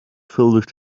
filled